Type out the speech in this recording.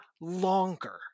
longer